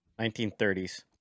1930s